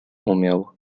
umiał